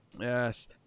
Yes